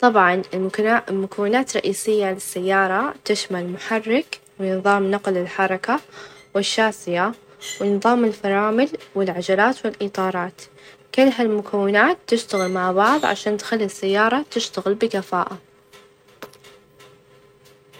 طبعًا -المكا-المكونات رئيسية للسيارة تشمل محرك ونظام نقل الحركة والشاسية ونظام الفرامل والعجلات والإطارات كل هالمكونات تشتغل مع بعض عشان تخلي السيارة تشتغل بكفاءة.